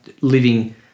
living